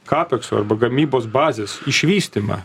kapekso arba gamybos bazės išvystymą